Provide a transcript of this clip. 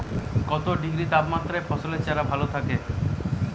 কত ডিগ্রি তাপমাত্রায় ফসলের চারা ভালো থাকে?